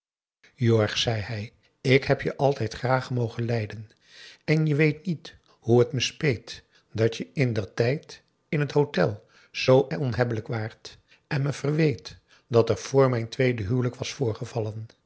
jorg zei hij ik heb je altijd graag mogen lijden en je weet niet hoe het me speet dat je indertijd in het hotel zoo onhebbelijk waart en me verweet wat er vr mijn tweede huwelijk was voorgevallen